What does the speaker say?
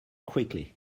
quickly